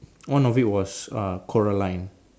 one of it was uh Coraline